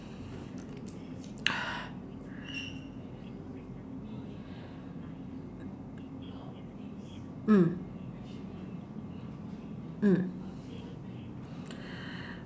mm mm